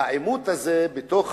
והעימות הזה, בתוך